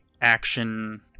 action